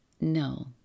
no